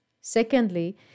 Secondly